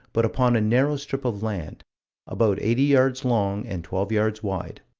but upon a narrow strip of land about eighty yards long and twelve yards wide